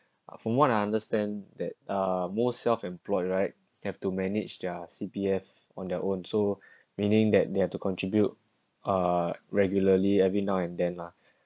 but from what I understand that uh most self employed right you have to manage their C_P_F on their own so meaning that they have to contribute uh regularly every now and then lah